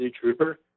trooper